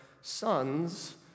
sons